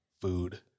food